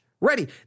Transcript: ready